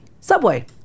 Subway